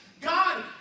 God